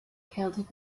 celtic